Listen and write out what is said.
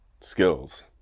skills